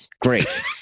Great